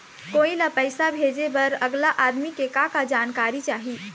कोई ला पैसा भेजे बर अगला आदमी के का का जानकारी चाही?